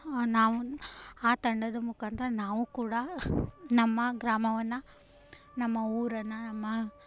ನಾವು ಆ ತಂಡದ ಮುಖಾಂತರ ನಾವು ಕೂಡ ನಮ್ಮ ಗ್ರಾಮವನ್ನು ನಮ್ಮ ಊರನ್ನು ನಮ್ಮ